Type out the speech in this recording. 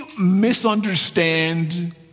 misunderstand